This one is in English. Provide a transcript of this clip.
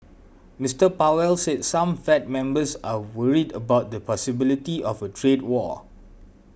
Mister Powell said some Fed members are worried about the possibility of a trade war